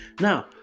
Now